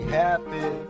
happy